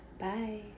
Bye